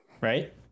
right